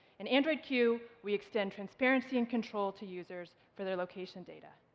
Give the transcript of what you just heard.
in android q, we extend transparency and control to users for their location data.